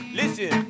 listen